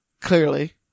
Clearly